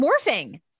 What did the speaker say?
morphing